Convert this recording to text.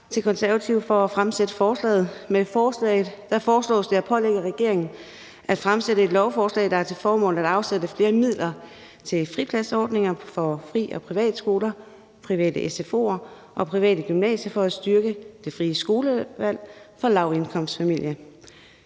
De Konservative for at fremsætte forslaget. Med forslaget foreslås det at pålægge regeringen at fremsætte et lovforslag, der har til formål at afsætte flere midler til fripladsordninger for fri- og privatskoler, private sfo'er og private gymnasier for at styrke det frie skolevalg for lavindkomstfamilier.